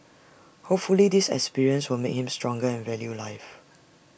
hopefully this experience will make him stronger and value life